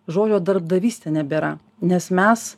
žodžio darbdavystė nebėra nes mes